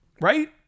right